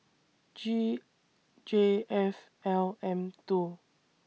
G J F L M two